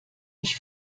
ich